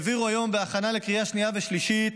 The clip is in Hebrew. העבירו היום בהכנה לקריאה שנייה ושלישית